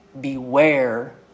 Beware